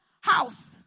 house